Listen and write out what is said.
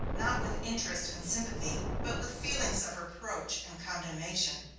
not with interest and sympathy, but with feelings of reproach and condemnation.